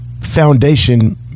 foundation